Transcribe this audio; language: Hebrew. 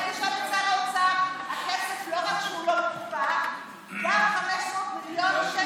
החוק שהכנסת חוקקה להקפיא כספי טרור,